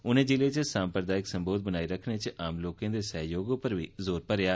उन्ने जिले च साम्प्रदायिक सम्बोध बनाई रक्खने च आम लोकें दे सैहयोग पर बी जोर भरेआ